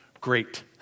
Great